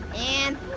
and?